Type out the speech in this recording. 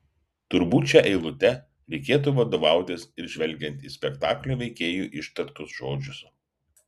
turbūt šia eilute reikėtų vadovautis ir žvelgiant į spektaklio veikėjų ištartus žodžius